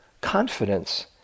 confidence